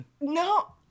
No